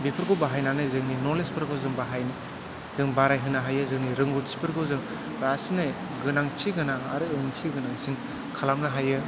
बेफोरखौ बाहायनानै जोंनि नलेजफोरखौ बाहाय जों बाराय होनो हायो जोंनि रोंगथिफोरखौ जों रासिनै गोनांथि गोनां आरो ओंथि गोनांसिन खालामनो हायो